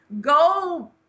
go